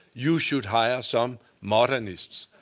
you should hire some modernists.